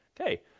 Okay